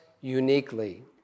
uniquely